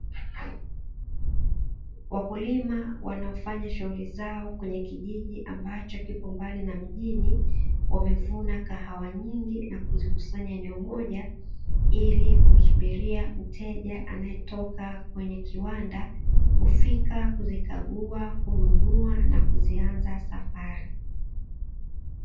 Wakulima wanafanya shughuli zao kwenye kijiji ambacho kipo mbali na mjini, wamevuna kahawa nyingi na kuzikusanya pamoja, ili kumsubiria mteja anayetoka kwenye kiwanda hufika kuzikagua, kuzinunua na kuanza safari.